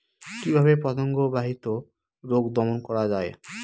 কিভাবে পতঙ্গ বাহিত রোগ দমন করা যায়?